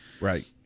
Right